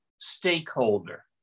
stakeholder